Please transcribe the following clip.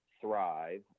Thrive